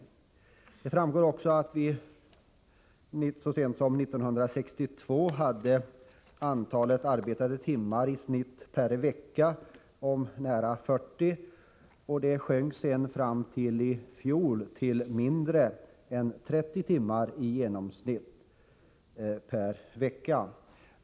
Av betänkandet framgår också att antalet arbetade timmar i snitt per vecka så sent som 1962 var nära 40 timmar. Antalet sjönk sedan fram till i fjol, då det var mindre än 30 timmar i genomsnitt per vecka.